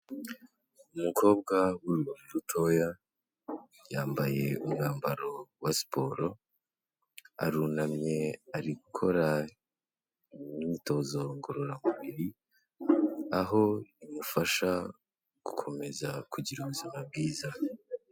Umukobwa w'urubavu rutoya, yambaye umwambaro wa siporo, arunamye ari gukora imyitozo ngororamubiri, aho bimufasha gukomeza kugira ubuzima bwiza.